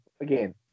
Again